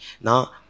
now